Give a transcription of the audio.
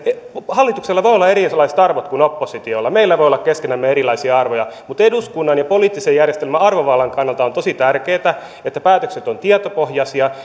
niin hallituksella voi olla erilaiset arvot kuin oppositiolla meillä voi olla keskenämme erilaisia arvoja mutta eduskunnan ja poliittisen järjestelmän arvovallan kannalta on tosi tärkeätä että päätökset ovat tietopohjaisia